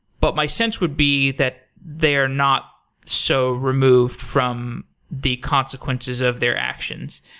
but my sense would be that they are not so removed from the consequences of their actions.